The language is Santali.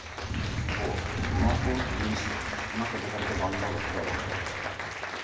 ᱟᱵᱚ ᱱᱚᱣᱟ ᱠᱚ ᱡᱤᱱᱤᱥ ᱚᱱᱟᱠᱚ ᱡᱟᱭᱜᱟ ᱨᱮᱫᱚ ᱵᱟᱝᱵᱚᱱ ᱵᱮᱵᱚᱦᱟᱨᱟ